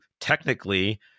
technically